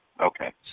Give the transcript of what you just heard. Okay